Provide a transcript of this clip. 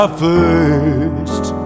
first